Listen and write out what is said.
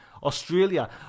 australia